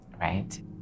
right